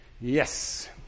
yes